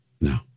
No